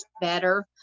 better